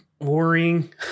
worrying